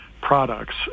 products